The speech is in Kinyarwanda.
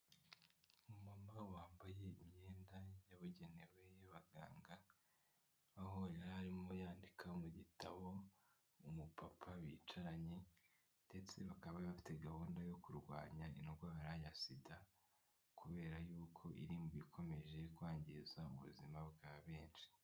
Umumama wambaye imyenda yabugenewe y'abaganga aho yari arimo yandika mu gitabo umupapa bicaranye ndetse bakaba bafite gahunda yo kurwanya indwara ya sida kubera yuko iri mu bikomeje kwangiza ubuzima bwa benshi.